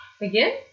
Again